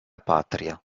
patria